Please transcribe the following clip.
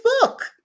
book